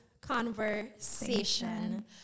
conversation